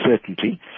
certainty